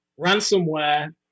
ransomware